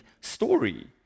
story